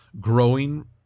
growing